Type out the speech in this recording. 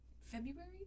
February